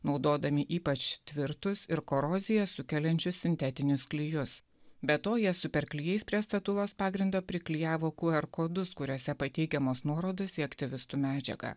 naudodami ypač tvirtus ir koroziją sukeliančius sintetinius klijus be to jie super klijais prie statulos pagrindo priklijavo qr kodus kuriuose pateikiamos nuorodos į aktyvistų medžiagą